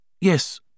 Yes